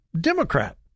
Democrat